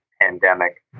pandemic